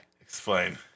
Explain